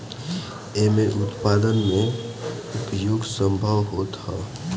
एमे उत्पादन में उपयोग संभव होत हअ